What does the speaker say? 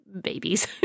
babies